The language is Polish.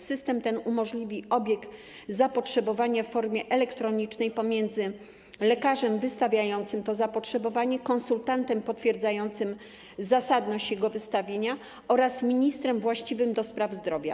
System ten umożliwi obieg zapotrzebowania w formie elektronicznej pomiędzy lekarzem wystawiającym to zapotrzebowanie, konsultantem potwierdzającym zasadność jego wystawienia oraz ministrem właściwym do spraw zdrowia.